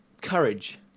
courage